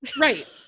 Right